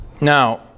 Now